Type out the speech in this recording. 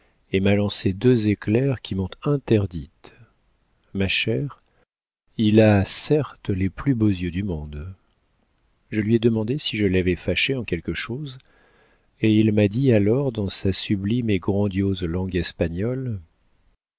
et m'a lancé deux éclairs qui m'ont interdite ma chère il a certes les plus beaux yeux du monde je lui ai demandé si je l'avais fâché en quelque chose et il m'a dit alors dans sa sublime et grandiose langue espagnole